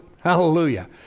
Hallelujah